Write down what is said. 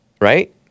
right